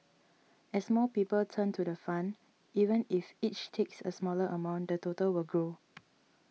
as more people turn to the fund even if each takes a smaller amount the total will grow